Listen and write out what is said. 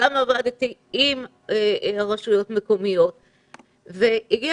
גם עבדתי עם הרשויות המקומיות והגיע